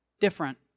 different